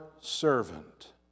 servant